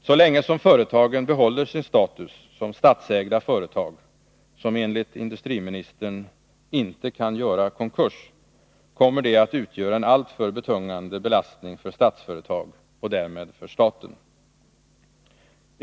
Så länge som företagen behåller sin status som statsägda företag, som enligt industriministern ”inte kan göra konkurs”, kommer de att utgöra en alltför betungande belastning för Statsföretag och därmed för staten.